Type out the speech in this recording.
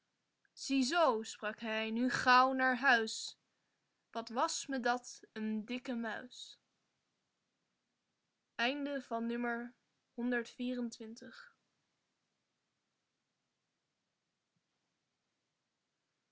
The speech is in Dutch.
zoo sprak hij nu gauw naar huis wat was me dat een dikke muis